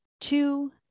two